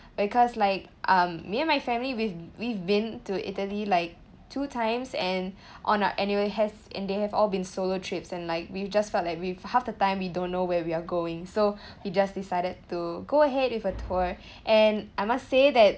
because like um me and my family we've we've been to italy like two times and on our and it has and they have all been solo trips and like we've just felt like with half the time we don't know where we're going so we just decided to go ahead with a tour and I must say that